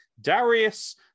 Darius